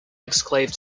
exclave